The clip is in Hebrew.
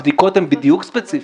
הבדיקות הן בדיוק ספציפיות.